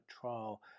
trial